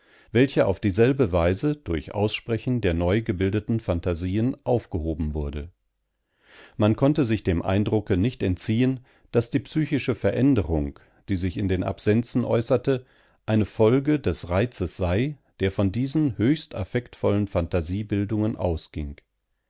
welche auf dieselbe weise durch aussprechen der neu gebildeten phantasien aufgehoben wurde man konnte sich dem eindrucke nicht entziehen daß die psychische veränderung die sich in den absenzen äußerte eine folge des reizes sei der von diesen höchst affektvollen phantasiebildungen ausging